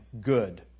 good